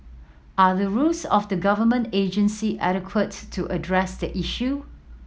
are the rules of the government agency adequate to address the issue